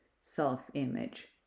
self-image